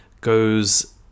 goes